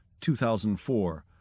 2004